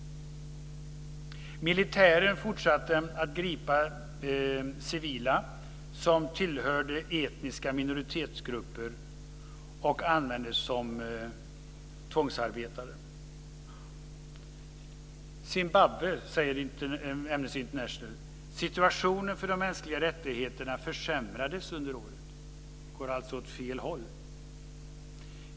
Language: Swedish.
Militären fortsatte att gripa civila som tillhörde etniska minoritetsgrupper och använde dem som tvångsarbetare. För Zimbabwe säger Amnesty International följande. Situationen för de mänskliga rättigheterna försämrades under året. Det går alltså åt fel håll.